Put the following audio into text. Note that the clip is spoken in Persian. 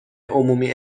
عمومی